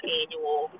annual